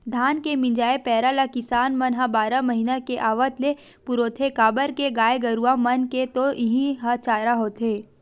धान के मिंजाय पेरा ल किसान मन ह बारह महिना के आवत ले पुरोथे काबर के गाय गरूवा मन के तो इहीं ह चारा होथे